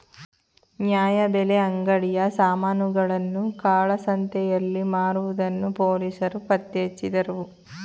ನ್ಯಾಯಬೆಲೆ ಅಂಗಡಿಯ ಸಾಮಾನುಗಳನ್ನು ಕಾಳಸಂತೆಯಲ್ಲಿ ಮಾರುವುದನ್ನು ಪೊಲೀಸರು ಪತ್ತೆಹಚ್ಚಿದರು